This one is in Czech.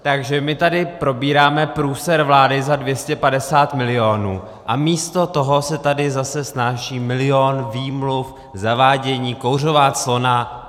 Takže my tady probíráme průser vlády za 250 milionů, a místo toho se tady zase snáší milion výmluv, zavádění, kouřová clona.